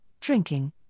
drinking